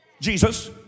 Jesus